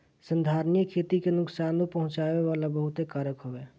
संधारनीय खेती के नुकसानो पहुँचावे वाला बहुते कारक हवे